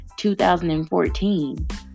2014